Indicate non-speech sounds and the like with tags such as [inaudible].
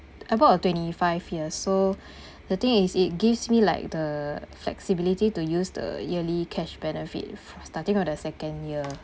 I bought a twenty five years so [breath] the thing is it gives me like the flexibility to use the yearly cash benefits fro~ starting on the second year